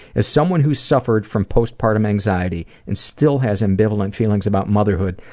as someone who suffered from post-partum anxiety, and still has ambivalent feelings about motherhood,